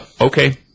okay